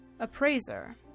Appraiser